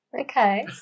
Okay